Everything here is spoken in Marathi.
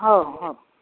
हो हो